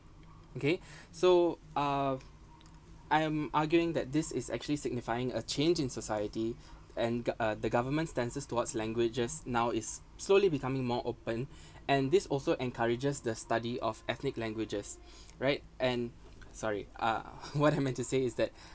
okay so uh I am arguing that this is actually signifying a change in society and go~ uh the government stances towards languages now is slowly becoming more open and this also encourages the study of ethnic languages right and sorry uh what I meant to say is that